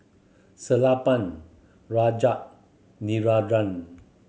Sellapan Rajat Narendra